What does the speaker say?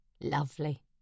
Lovely